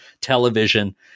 television